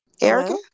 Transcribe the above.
Erica